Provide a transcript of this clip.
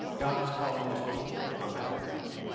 god is calling his people to come back to him.